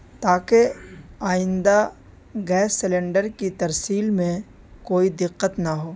تاکہ آئندہ gas cylinder کی ترسییل میں کوئی دقت نہ ہو